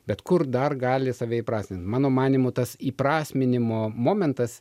bet kur dar gali save įprasmint mano manymu tas įprasminimo momentas